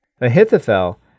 Ahithophel